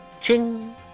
Ching